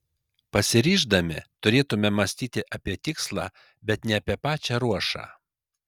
pasiryždami turėtumėme mąstyti apie tikslą bet ne apie pačią ruošą